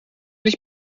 dich